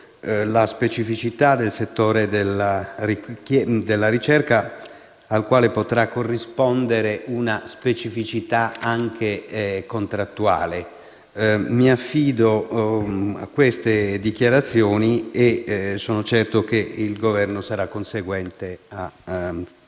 la specificità del settore della ricerca, al quale potrà corrispondere una specificità anche contrattuale. Mi affido a queste dichiarazioni e sono certo che il Governo sarà ad esse conseguente.